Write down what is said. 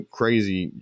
crazy